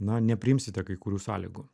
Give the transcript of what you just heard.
na nepriimsite kai kurių sąlygų